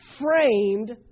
framed